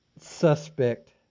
suspect